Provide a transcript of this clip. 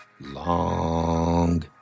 long